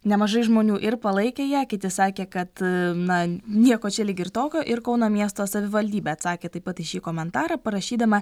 nemažai žmonių ir palaikė ją kiti sakė kad na nieko čia lyg ir tokio ir kauno miesto savivaldybė atsakė taip pat į šį komentarą parašydama